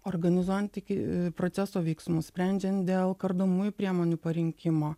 organizuojant iki proceso veiksmus sprendžiant dėl kardomųjų priemonių parinkimo